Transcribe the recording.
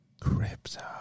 Crypto